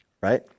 Right